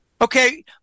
okay